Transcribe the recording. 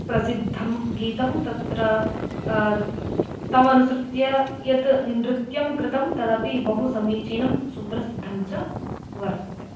प्रसिद्धं गीतं तत्र तमनुसृत्य यत् नृत्यं कृतं तदपि बहु समीचीनं सुप्रसिद्धं च वर्तते